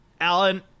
alan